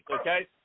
okay